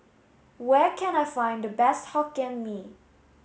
where can I find the best Hokkien Mee